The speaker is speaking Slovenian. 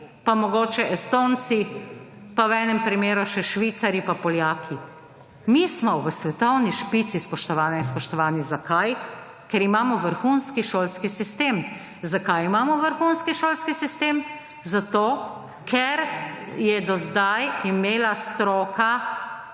pa mogoče Estonci, pa v enem primeru še Švicarji pa Poljaki. Mi smo v svetovni špici, spoštovane in spoštovani. Zakaj? Ker imamo vrhunski šolski sistem. Zakaj imamo vrhunski šolski sistem? Zato, ker je do sedaj imela stroka